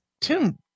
Tim